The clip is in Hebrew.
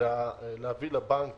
להביא לבנק